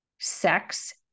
sex